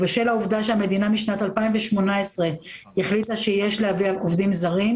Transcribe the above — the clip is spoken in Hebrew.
ובשל העובדה שהמדינה משנת 2018 החליטה שיש לייבא עובדים זרים,